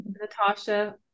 Natasha